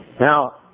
Now